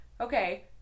Okay